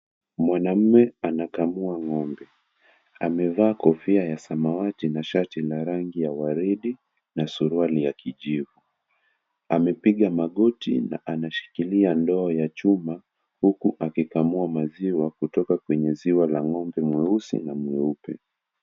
Mwanamme anakamua ng'ombe. Amevaa kofia ya samawati na shati la rangi ya waridi na suruali ya kijivu. Amepiga magoti na anashikilia ndoo ya chuma huku akikamua maziwa kutoka kwenye ziwa la ng'ombe mweusi na mweupe.